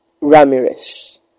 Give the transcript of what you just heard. Ramirez